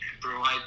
provide